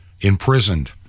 imprisoned